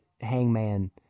Hangman